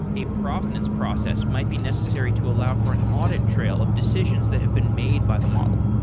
a prominence process might be necessary to allow for an audit trail of decisions that have been made by the model.